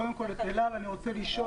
קודם כול, את אל על אני רוצה לשאול.